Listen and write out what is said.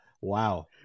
Wow